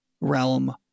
realm